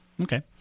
Okay